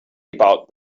about